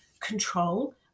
control